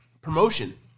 promotion